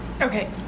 Okay